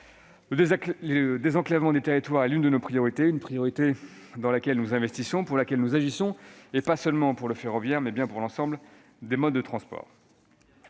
Le désenclavement des territoires est l'une de nos priorités. Une priorité au titre de laquelle nous investissons, pour laquelle nous agissons, et pas seulement pour le ferroviaire, mais pour l'ensemble des modes de transport.